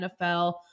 NFL